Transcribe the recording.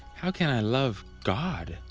how can i love god?